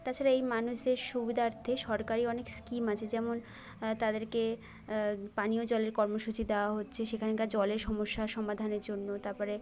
তাছাড়া এই মানুষদের সুবিদার্থে সরকারি অনেক স্কিম আছে যেমন তাদেরকে পানীয় জলের কর্মসূচি দেওয়া হচ্ছে সেখানকার জলের সমস্যা সমাধানের জন্য তারপরে